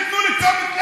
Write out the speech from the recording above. תיתנו לי קצת,